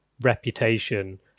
reputation